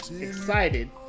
excited